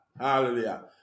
Hallelujah